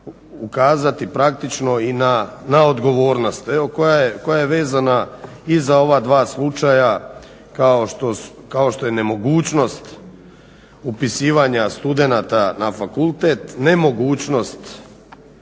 ukazati praktično i na odgovornost, evo koja je vezana i za ova dva slučaja kao što je nemogućnost upisivanja studenata na fakultet, nemogućnost